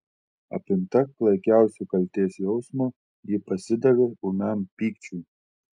apimta klaikiausio kaltės jausmo ji pasidavė ūmiam pykčiui